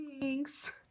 Thanks